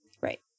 Right